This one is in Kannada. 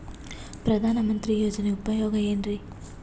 ಪ್ರಧಾನಮಂತ್ರಿ ಯೋಜನೆ ಉಪಯೋಗ ಏನ್ರೀ?